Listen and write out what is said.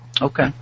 Okay